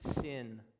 sin